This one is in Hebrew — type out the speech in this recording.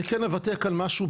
אני כן אוודא כאן משהו,